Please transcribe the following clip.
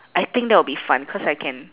I think that'll be fun cause I can